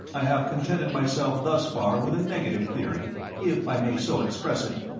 i have contented myself thus far with a negative theory, if i may so express it.